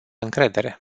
încredere